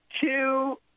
two